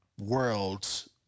worlds